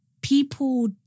people